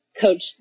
Coach